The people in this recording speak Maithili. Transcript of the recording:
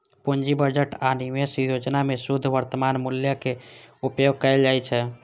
पूंजी बजट आ निवेश योजना मे शुद्ध वर्तमान मूल्यक उपयोग कैल जाइ छै